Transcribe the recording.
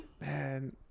man